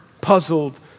puzzled